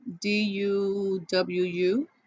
D-U-W-U